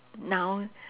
now